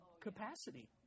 capacity